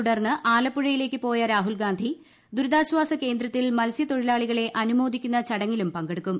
തുടർന്ന് ആലപ്പുഴയിലേക്കു പോയ രാഹുൽഗാന്ധി ദുരിതാശ്വാസ കേന്ദ്രത്തിൽ മൽസൃത്തൊഴിലാളികളെ അനുമോദിക്കുന്ന ചടങ്ങിലും പങ്കെടുക്കും